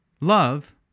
Love